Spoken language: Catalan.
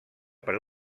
per